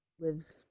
lives